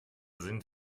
sind